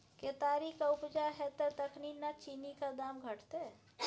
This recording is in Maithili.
केतारीक उपजा हेतै तखने न चीनीक दाम घटतै